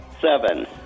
Seven